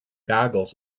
goggles